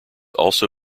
also